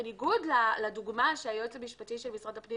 שבניגוד לדוגמה שהיועץ המשפטי של משרד הפנים